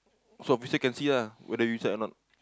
so basic can see lah whether which side or not